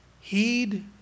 Heed